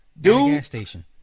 Dude